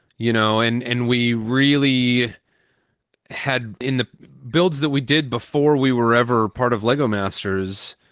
you know, and and we really had in the builds that we did before we were ever part of lego masters.